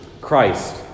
Christ